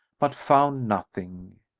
but found nothing.